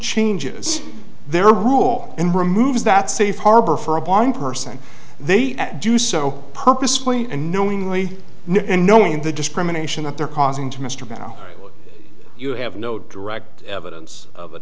changes their rule and removes that safe harbor for a blind person they do so purposefully and knowingly and knowing the discrimination that they're causing to mr bow you have no direct evidence of